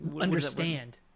understand